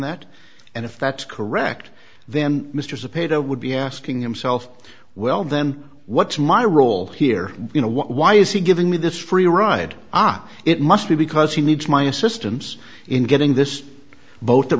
that and if that's correct then mr issa pedo would be asking himself well then what's my role here you know what why is he giving me this free ride ah it must be because he needs my assistance in getting this boat t